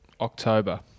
October